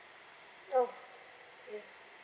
oh yes